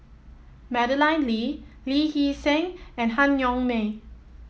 Madeleine Lee Lee Hee Seng and Han Yong May